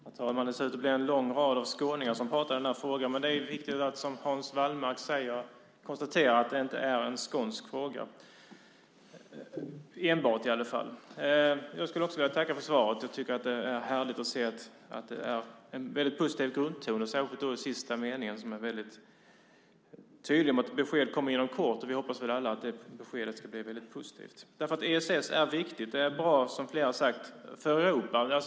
Herr talman! Det ser ut att bli en lång rad av skåningar som pratar i den här frågan, men det är viktigt, som Hans Wallmark säger, att konstatera att det inte är en skånsk fråga, inte enbart i alla fall. Jag skulle också vilja tacka för svaret. Jag tycker att det är härligt att se att det är en väldigt positiv grundton, särskilt då i sista meningen som är väldigt tydlig med att besked kommer inom kort. Vi hoppas väl alla att det beskedet ska bli positivt. För ESS är viktigt. Det är bra, som flera har sagt, för Europa.